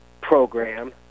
program